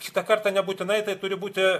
šitą kartą nebūtinai tai turi būti